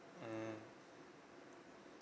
mmhmm